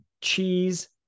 cheese